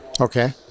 okay